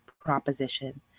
proposition